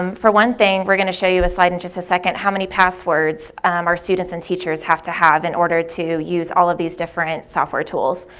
um for one thing, we're going to show you a slide in just a second, how many passwords our students and teachers have to have in order to use all of these different software tools.